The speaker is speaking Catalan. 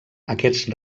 aquests